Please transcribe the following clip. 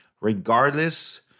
regardless